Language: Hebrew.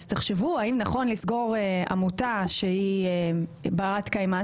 תחשבו, האם נכון לסגור עמותה שהיא ברת קיימא?